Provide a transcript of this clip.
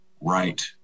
right